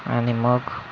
आणि मग